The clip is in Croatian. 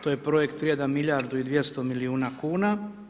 To je projekt vrijedan milijardu i 200 milijuna kuna.